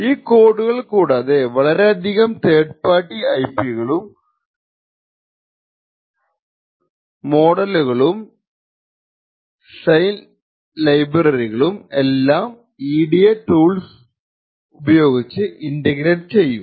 ഈ കോഡുകൾ കൂടാതെ വളരെ അധികം തേർഡ് പാർട്ടി IP കളും മോഡലുകളും സെൽ ലൈബ്രറികളും എല്ലാം EDA ടൂൾസ് ഉപയോഗിച്ച് ഇന്റഗ്രേറ്റ് ചെയ്യും